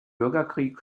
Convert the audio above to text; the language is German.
bürgerkrieg